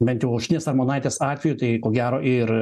bent jau aušrinės armonaitės atveju tai ko gero ir